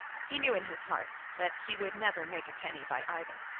he knew in his heart that he would never make a penny by either.